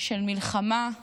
של מלחמה,